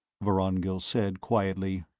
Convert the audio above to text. vorongil said quietly,